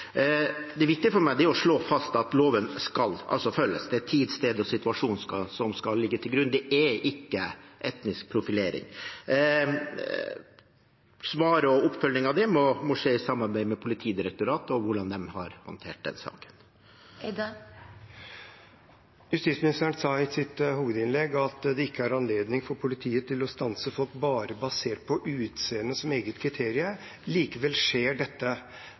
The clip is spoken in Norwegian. Det viktige for meg er å slå fast at loven skal følges. Det er tid, sted og situasjon som skal ligge til grunn. Det er ikke etnisk profilering. Svaret og oppfølgingen av det må skje i samarbeid med Politidirektoratet, hvordan de har håndtert den saken. Justisministeren sa i sitt hovedinnlegg at det ikke er anledning for politiet til å stanse folk bare basert på utseende som eget kriterium. Likevel skjer dette.